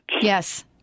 Yes